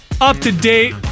up-to-date